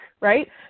right